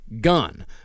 gun